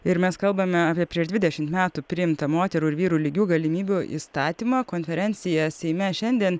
ir mes kalbame apie prieš dvidešimt metų priimtą moterų ir vyrų lygių galimybių įstatymą konferencija seime šiandien